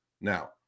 now